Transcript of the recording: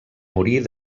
morir